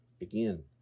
again